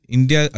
India